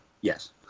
yes